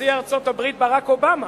נשיא ארצות-הברית ברק אובמה,